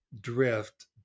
drift